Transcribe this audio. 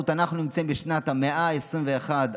אנחנו נמצאים במאה ה-21,